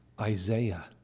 Isaiah